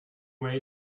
way